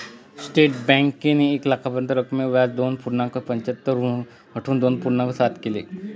state बँकेने एक लाखापर्यंतच्या रकमेवर व्याजदर दोन पूर्णांक पंच्याहत्तर वरून घटवून दोन पूर्णांक सात केल आहे